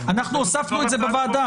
אנחנו הוספנו את זה בוועדה.